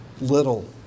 little